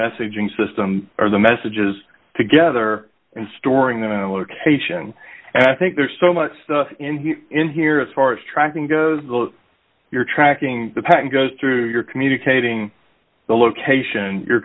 messaging system or the messages together and storing them in a location and i think there's so much stuff in here as far as tracking goes your tracking the path goes through your communicating the location you're